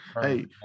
Hey